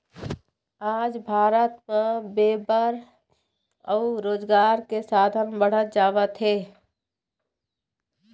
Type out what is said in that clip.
आज भारत म बेपार अउ रोजगार के साधन बाढ़त जावत हे